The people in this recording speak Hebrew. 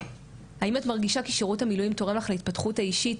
האם את מרגישה כי שירות המילואים תורם לך להתפתחות האישית?